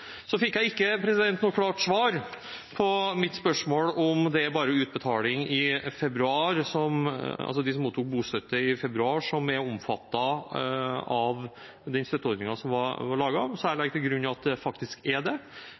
Jeg fikk ikke noe klart svar på mitt spørsmål om det bare er dem som mottok bostøtte i februar, som er omfattet av den støtteordningen som var laget, så jeg legger til grunn at det er det.